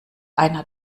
einer